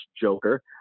joker